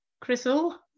Crystal